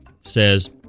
says